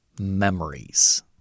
memories